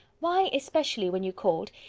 why, especially, when you called,